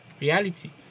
reality